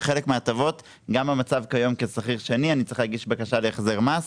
בחלק מההטבות גם המצב כיום כשכיר שני אני צריך להגיש בקשה להחזר מס.